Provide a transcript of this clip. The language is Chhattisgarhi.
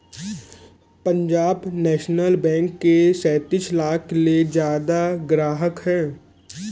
पंजाब नेसनल बेंक के सैतीस लाख ले जादा गराहक हे